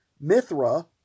Mithra